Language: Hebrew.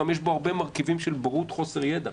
גם יש פה הרבה מרכיבים של בורות וחוסר ידע,